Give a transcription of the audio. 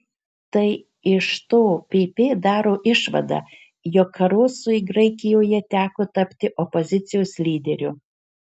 tai iš to pp daro išvadą jog karosui graikijoje teko tapti opozicijos lyderiu